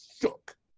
shook